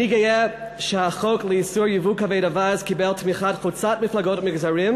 אני גאה שהחוק לאיסור ייבוא כבד אווז קיבל תמיכה חוצת-מפלגות ומגזרים,